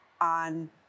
on